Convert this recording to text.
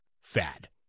fad